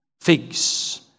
Figs